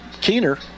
Keener